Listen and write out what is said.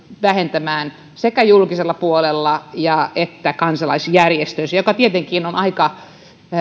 vähentämään sekä julkisella puolella että kansalaisjärjestöissä mikä tietenkin on aika